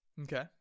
Okay